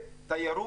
תיירות,